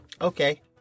Okay